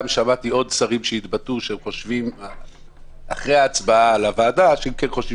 שמעתי עוד שרים שהתבטאו אחרי ההצבעה שהם כן חושבים